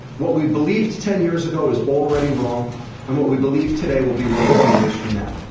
what we believed ten years ago is already wrong and what we believe today will be wrong ten years from now.